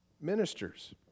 ministers